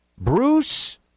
Bruce